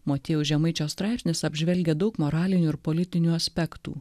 motiejaus žemaičio straipsnis apžvelgia daug moralinių ir politinių aspektų